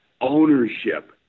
ownership